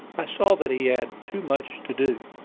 i saw that he had too much to do.